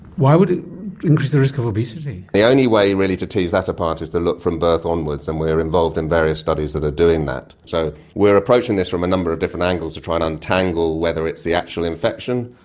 why would it increase the risk of obesity? the only way really to tease that apart is to look from birth onwards, and we are involved in various studies that are doing that. so we are approaching this from a number of different angles to try and untangle whether it's the actual infection,